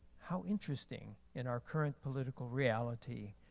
how interesting in our current political reality,